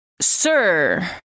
sir